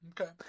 Okay